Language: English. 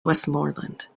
westmoreland